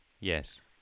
yes